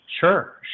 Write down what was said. sure